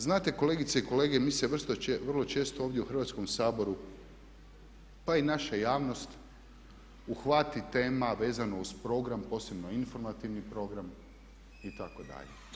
Znate kolegice i kolege, mi se vrlo često ovdje u Hrvatskom saboru, pa i naša javnost uhvati tema vezano uz program, posebno informativni program itd.